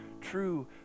true